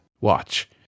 watch